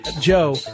Joe